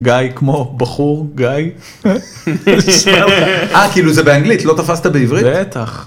גיא, כמו בחור - guy. -אה, כאילו זה באנגלית, לא תפסת בעברית? -בטח.